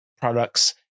products